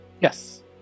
Yes